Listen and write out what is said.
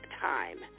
time